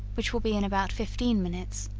which will be in about fifteen minutes,